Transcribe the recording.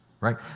Right